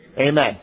Amen